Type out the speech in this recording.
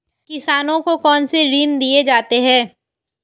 किसानों को कौन से ऋण दिए जाते हैं?